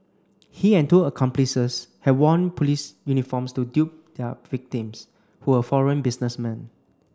he and two accomplices had worn police uniforms to dupe their victims who were foreign businessmen